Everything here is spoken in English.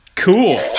cool